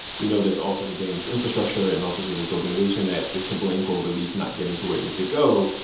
we know there's all sorts of damaged infrastructure and all sorts of disorganization that is to blame for relief not getting to where it needs to go.